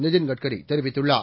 நிதின் கட்கரி தெரிவித்துள்ளார்